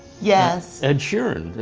yes. ed sheeran,